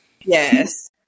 Yes